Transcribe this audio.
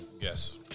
yes